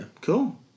cool